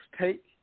take